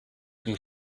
been